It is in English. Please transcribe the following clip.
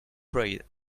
pray